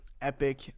epic